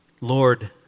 Lord